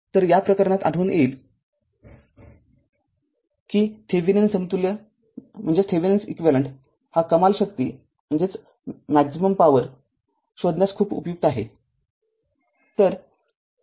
तर या प्रकरणात आढळून येईल आपणास आढळून येईल कि थेविनिन समतुल्य हा कमाल शक्ती शोधण्यात खूप उपयुक्त आहे